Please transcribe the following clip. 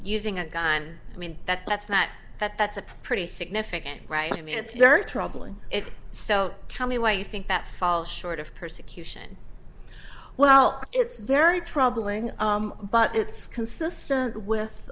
using a gun i mean that that's not that's a pretty significant right i mean it's very troubling so tell me why you think that fall short of persecution well it's very troubling but it's consistent with